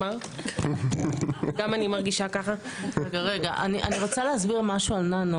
-- אני רוצה להסביר על ננו